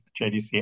jdc